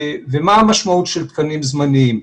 מה המשמעות של תקנים זמניים?